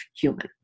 human